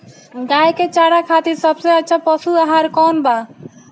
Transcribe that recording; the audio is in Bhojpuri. गाय के चारा खातिर सबसे अच्छा पशु आहार कौन बा?